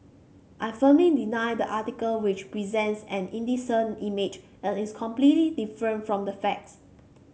I firmly deny the article which presents an indecent image and is completely different from the facts